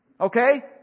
Okay